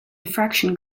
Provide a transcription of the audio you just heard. diffraction